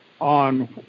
on